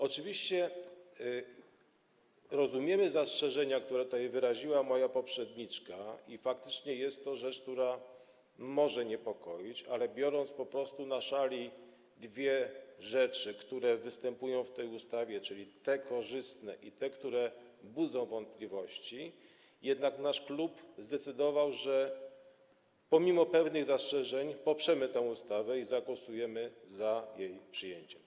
Oczywiście rozumiemy zastrzeżenia, które tutaj wyraziła moja poprzedniczka, i faktycznie jest to rzecz, która może niepokoić, ale kładąc na szali dwie rzeczy, które występują w tej ustawie, czyli te korzystne i te, które budzą wątpliwości, jednak nasz klub zdecydował, że pomimo pewnych zastrzeżeń poprzemy tę ustawę i zagłosujemy za jej przyjęciem.